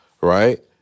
right